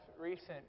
recent